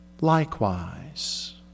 likewise